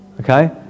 okay